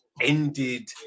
Ended